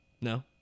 No